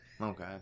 Okay